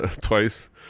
twice